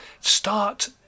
Start